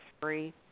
free